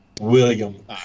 William